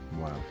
Wow